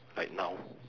like now